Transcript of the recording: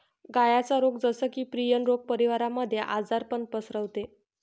गायांचा रोग जस की, प्रियन रोग परिवारामध्ये आजारपण पसरवते